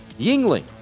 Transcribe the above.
Yingling